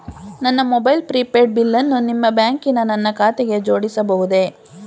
ನನ್ನ mobile prepaid ಬಿಲ್ಲನ್ನು ನಿಮ್ಮ ಬ್ಯಾಂಕಿನ ನನ್ನ ಖಾತೆಗೆ ಜೋಡಿಸಬಹುದೇ?